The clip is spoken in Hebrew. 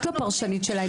את לא פרשנית שלהם.